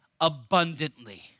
abundantly